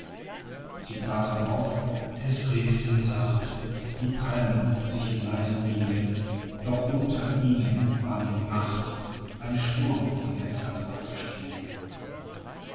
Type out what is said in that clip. sie brachen auf es regten sacht die palmen sich in leisem wiegen doch unter ihnen war mit macht ein sturm in edzard aufgestiegen